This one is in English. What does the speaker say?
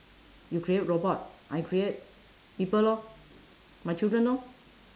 you create robot I create people lor my children lor